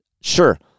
Sure